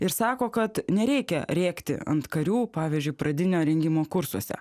ir sako kad nereikia rėkti ant karių pavyzdžiui pradinio rengimo kursuose